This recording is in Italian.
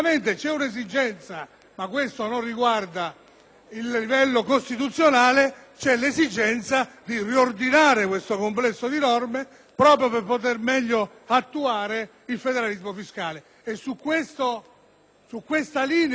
che non riguarda il livello costituzionale, di riordinare questo complesso di norme proprio per poter meglio attuale il federalismo fiscale. Su questa linea è impegnato